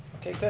okay good,